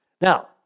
Now